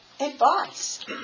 advice